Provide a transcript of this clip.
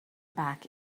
back